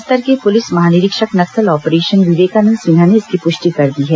बस्तर के पुलिस महानिरीक्षक नक्सल ऑपरेशन विवेकानंद सिन्हा ने इसकी पृष्टि कर दी है